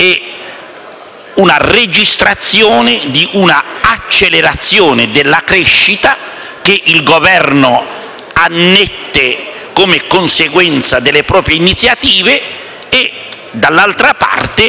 la registrazione di un'accelerazione della crescita che il Governo annette come conseguenza delle proprie iniziative e, dall'altra parte,